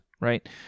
right